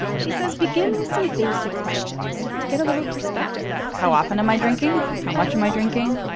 she says begin with some basic questions to get a little perspective how often am i drinking? how much am i drinking?